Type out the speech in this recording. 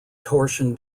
torsion